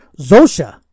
Zosha